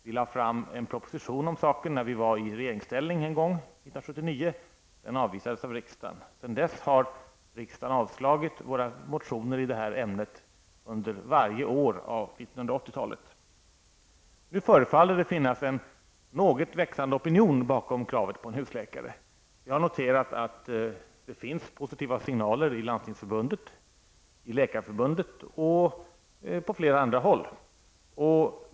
Vi lade fram en proposition om saken när vi var i regeringsställning år 1979. Den avvisades av riksdagen. Sedan dess har riksdagen avslagit våra motioner i det här ärendet under varje år av 1980 Nu förefaller det finnas en något växande opinion bakom kravet på husläkare. Jag har noterat att det finns positiva signaler i Landstingsförbundet, i läkarförbundet och på flera andra håll.